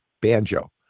banjo